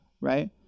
Right